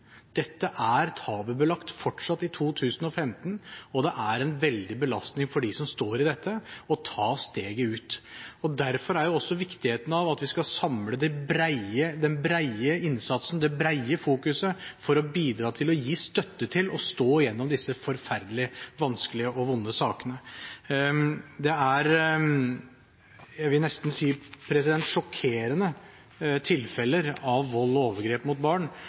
Dette er tabubelagt fortsatt i 2015, og det er en veldig belastning for dem som står i dette, å ta steget ut. Derfor er det også viktig at vi samler den brede innsatsen, det brede fokuset for å bidra til å gi støtte til og stå gjennom disse forferdelige og vanskelige, vonde sakene. Det er – jeg vil nesten si – sjokkerende tilfeller av vold og overgrep mot barn